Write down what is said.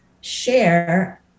share